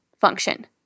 function